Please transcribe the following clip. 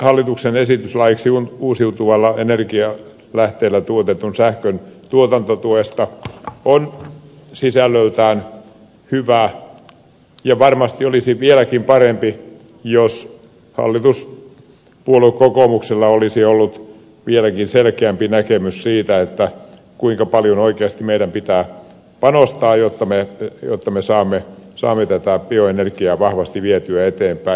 hallituksen esitys laiksi uusiutuvilla energialähteillä tuotetun sähkön tuotantotuesta on sisällöltään hyvä ja varmasti olisi vieläkin parempi jos hallituspuolue kokoomuksella olisi ollut vieläkin selkeämpi näkemys siitä kuinka paljon oikeasti meidän pitää panostaa jotta me saamme tätä bioenergiaa vahvasti vietyä eteenpäin